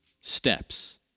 steps